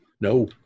No